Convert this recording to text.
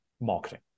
marketing